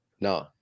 No